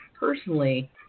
Personally